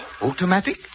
Automatic